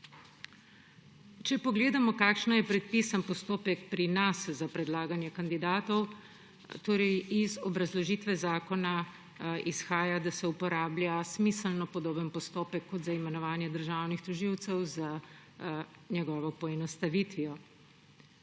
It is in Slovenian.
Če pogledamo, kakšen je pri nas predpisan postopek za predlaganje kandidatov. Iz obrazložitve zakona izhaja, da se uporablja smiselno podoben postopek kot za imenovanje državnih tožilcev z njegovo poenostavitvijo.